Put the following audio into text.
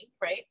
right